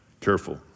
Careful